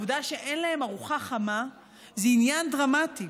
העובדה שאין להם ארוחה חמה היא עניין דרמטי.